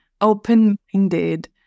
open-minded